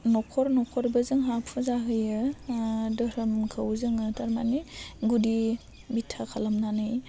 न'खर न'खरबो जोंहा फुजा होयो दोहोरोमखौ जोङो थारमाने गुदि बिथा खालामनानै